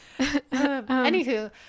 Anywho